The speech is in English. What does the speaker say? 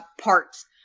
parts